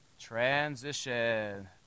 transition